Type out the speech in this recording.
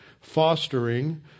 fostering